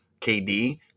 KD